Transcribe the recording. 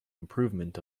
improvement